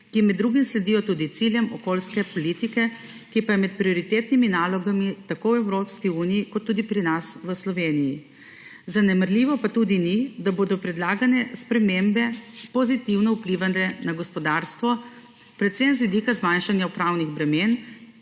ki med drugim sledijo tudi ciljem okoljske politike, ki pa je med prioritetnimi nalogami tako v Evropski uniji kot tudi pri nas v Sloveniji. Zanemarljivo pa tudi ni, da bodo predlagane spremembe pozitivno vplivane na gospodarstvo, predvsem z vidika zmanjšanja upravnih bremen